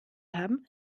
haben